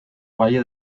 valle